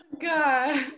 God